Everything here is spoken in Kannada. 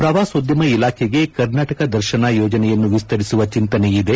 ಪ್ರವಾಸೋದ್ಯಮ ಇಲಾಖೆಗೆ ಕರ್ನಾಟಕ ದರ್ಶನ ಯೋಜನೆಯನ್ನು ವಿಸ್ತರಿಸುವ ಚಿಂತನೆಯಿದೆ